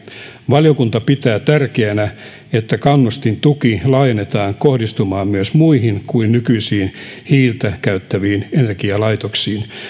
valiokunta pitää tärkeänä että kannustintuki laajennetaan kohdistumaan myös muihin kuin nykyisin hiiltä käyttäviin energialaitoksiin